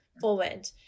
forward